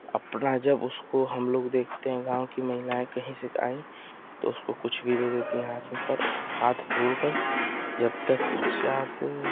अपना जब उसको हम लोग देखते हैं गाँव की महिलाएँ कहीं से आई तो उसको कुछ भी दे देती हैं हाथ धोरकर जब तक चार से